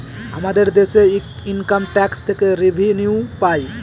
আমাদের দেশে income tax থেকে রেভিনিউ পাই